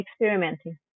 experimenting